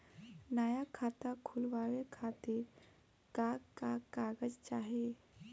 नया खाता खुलवाए खातिर का का कागज चाहीं?